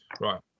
Right